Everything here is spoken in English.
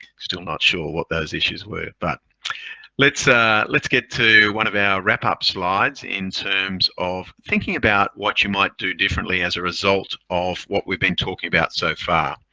still not sure what those issues were. but let's ah let's get to one of our wrap-up slides in terms of thinking about what you might do differently as a result of what we've been talking about so far.